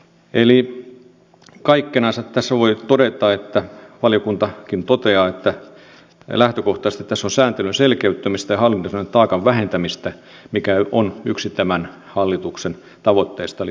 eli kaikkinensa tässä voi todeta niin kuin valiokuntakin toteaa että lähtökohtaisesti tässä on kyse sääntelyn selkeyttämisestä ja hallinnollisen taakan vähentämisestä mikä on yksi tämän hallituksen tavoitteista eli byrokratian purku